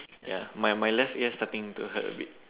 ya my my left ear starting to hurt a bit